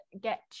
get